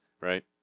Right